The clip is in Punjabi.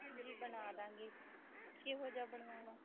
ਜੀ ਬਣਾ ਦਾਂਗੇ ਕਿਹੋ ਜਿਹਾ ਬਣਵਾਉਣਾ